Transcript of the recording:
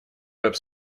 веб